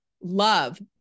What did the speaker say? love